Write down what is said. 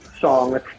Song